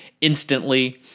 instantly